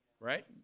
Right